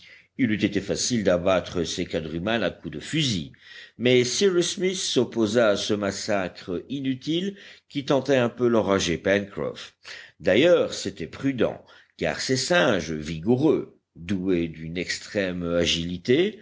il eût été facile d'abattre ces quadrumanes à coups de fusil mais cyrus smith s'opposa à ce massacre inutile qui tentait un peu l'enragé pencroff d'ailleurs c'était prudent car ces singes vigoureux doués d'une extrême agilité